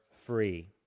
free